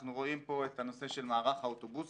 אנחנו רואים פה את הנושא של מערך האוטובוסים.